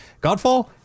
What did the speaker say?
Godfall